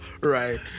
right